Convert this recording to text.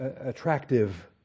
attractive